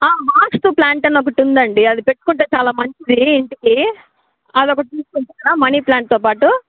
వాస్తు plant అని ఒకటుందండి అది పెట్టుకుంటే చాలా మంచిది ఇంటికీ అదొకటి తీసుకుంటారా మనీ ప్లాంట్తో పాటు